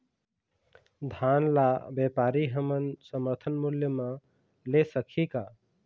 धान ला व्यापारी हमन समर्थन मूल्य म ले सकही का?